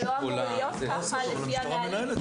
זה לא אמור להיות ככה לפי הנהלים,